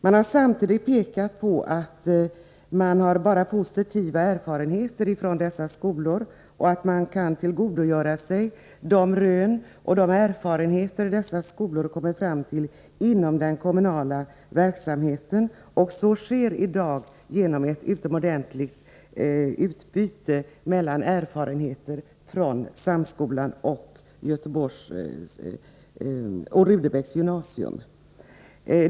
Man har samtidigt pekat på att man bara har positiva erfarenheter från dessa skolor, och att man kan tillgodogöra sig de rön och de erfarenheter som dessa skolor har kommit fram till inom den kommunala verksamheten. Så sker i dag genom ett utomordentligt utbyte av erfarenheter med Samskolan och Sigrid Rudebecks gymnasium.